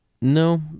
No